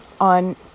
on